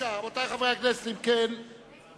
רבותי חברי הכנסת, אם כן,